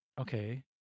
okay